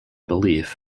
belief